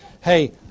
hey